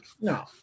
no